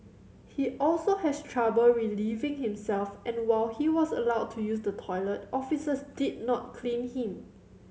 he also has trouble relieving himself and while he was allowed to use the toilet officers did not clean him